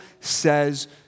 says